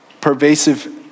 pervasive